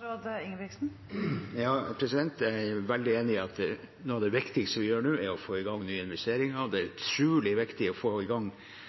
Jeg er veldig enig i at noe av det viktigste vi gjør nå, er å få i gang nye investeringer. Det er